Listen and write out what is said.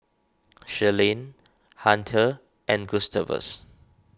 Sherilyn Hunter and Gustavus